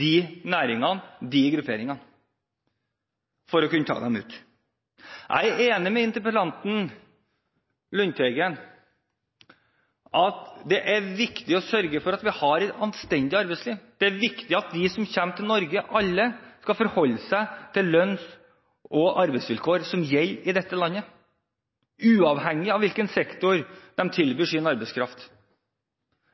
de næringene, de grupperingene, for å kunne ta dem ut. Jeg er enig med interpellanten Lundteigen i at det er viktig å sørge for at vi har et anstendig arbeidsliv. Det er viktig at de som kommer til Norge, alle skal forholde seg til lønns- og arbeidsvilkår som gjelder i dette landet, uavhengig av hvilken sektor de tilbyr sin arbeidskraft.